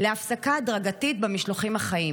להפסקה הדרגתית של המשלוחים החיים.